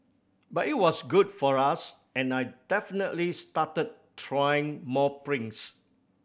but it was good for us and I definitely started trying more prints